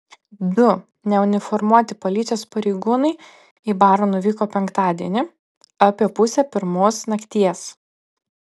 du neuniformuoti policijos pareigūnai į barą nuvyko penktadienį apie pusę pirmos nakties